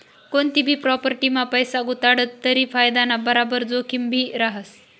कोनतीभी प्राॅपटीमा पैसा गुताडात तरी फायदाना बराबर जोखिमभी रहास